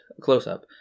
close-up